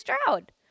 Stroud